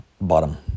bottom